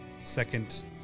second